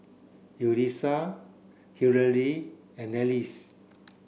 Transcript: Yulisa Hillery and Acie